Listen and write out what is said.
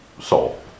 soul